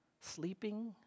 sleeping